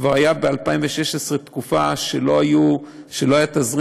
כבר הייתה ב-2016 תקופה שלא היה תזרים